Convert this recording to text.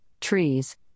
trees